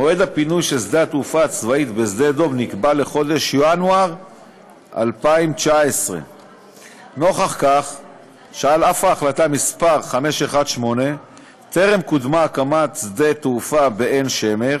מועד הפינוי של שדה-התעופה הצבאי בשדה-דב נקבע לחודש ינואר 2019. מכיוון שעל אף החלטה מס' 5188 טרם קודמה הקמת שדה-תעופה בעין-שמר,